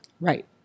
Right